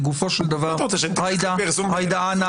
לגופו של דבר --- אתה רוצה שאני אתייחס לפרסום בעיתון?